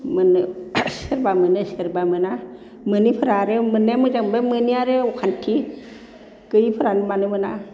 मोनो सोरबा मोनो सोरबा मोना मोनिफोरा आरो मोन्नाया मोजां मोनबाय मोनिया आरो अखान्थि गैयिफोरानो मानो मोना